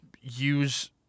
use